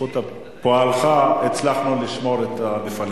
ובזכות פועלך הצלחנו לשמור את המפעלים האלה.